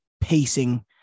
pacing